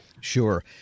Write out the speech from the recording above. Sure